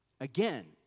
Again